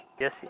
Yes